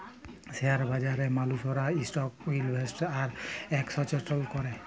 share বাজারে মালুসরা stock invest আর একেসচেলজ ক্যরে